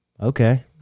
Okay